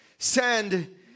Send